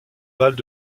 balles